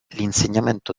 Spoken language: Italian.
l’insegnamento